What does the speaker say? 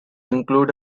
included